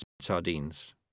Sardines